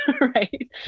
right